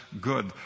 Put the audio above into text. good